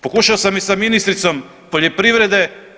Pokušao sam i sa ministricom poljoprivrede.